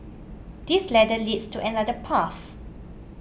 this ladder leads to another path